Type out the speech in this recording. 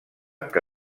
que